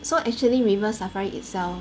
so actually River Safari itself